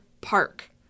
park